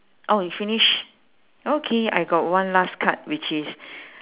oh you finish okay I got one last card which is